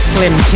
Slim